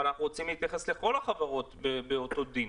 אבל אנחנו רוצים להתייחס לכל החברות באותו דין,